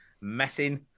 messing